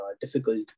difficult